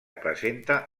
presenta